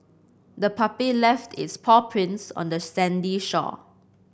the puppy left its paw prints on the sandy shore